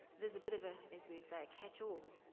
it is a bit of a, as we would say a catchall.